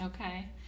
Okay